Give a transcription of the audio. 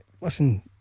listen